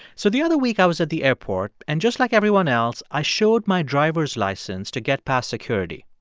so the other week i was at the airport and just like everyone else, i showed my driver's license to get past security.